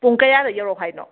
ꯄꯨꯡ ꯀꯌꯥꯗ ꯌꯧꯔꯛꯑꯣ ꯍꯥꯏꯅꯣ